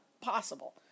possible